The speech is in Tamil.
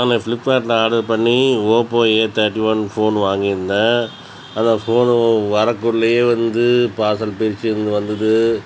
நான் ஃப்ளிப்கார்ட்டில் ஆர்டர் பண்ணி Oppo A thirty one phone வாங்கியிருந்தேன் அந்த ஃபோனு வரக்குள்ளையே வந்து பார்சல் பிரித்து வந்தது